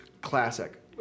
Classic